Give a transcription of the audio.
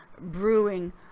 brewing